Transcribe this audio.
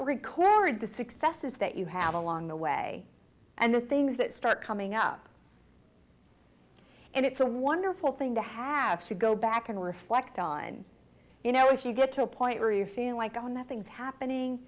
record the successes that you have along the way and the things that start coming up and it's a wonderful thing to have to go back and reflect on you know if you get to a point where you feel like on the things happening